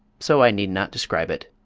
so i need not describe it.